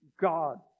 God